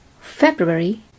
February